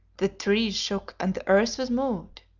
the trees shook and the earth was moved.